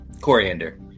Coriander